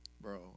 Bro